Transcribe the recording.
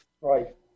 Right